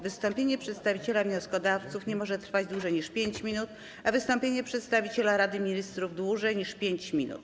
Wystąpienie przedstawiciela wnioskodawców nie może trwać dłużej niż 5 minut, a wystąpienie przedstawiciela Rady Ministrów dłużej niż 5 minut.